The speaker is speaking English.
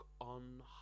on